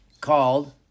called